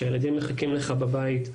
הילדים מחכים לך בבית,